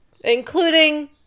including